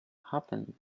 happen